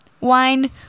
wine